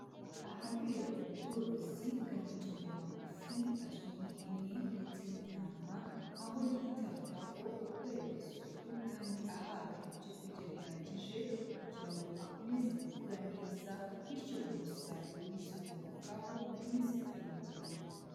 Ahabera ubworozi bw'amatungo magufi azwi nk'ihene ndetse n'intama, aho yitabwaho akorerwa isuku kandi ahabwa ibyo kurya bihagije kugira ngo akomeze gukura neza bityo umusaruro w'ibizikomokaho ukomeze kwiyongera.